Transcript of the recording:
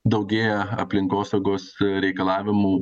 daugėja aplinkosaugos reikalavimų